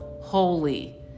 holy